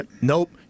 Nope